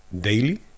daily